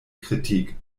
kritik